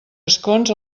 escons